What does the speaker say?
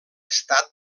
estat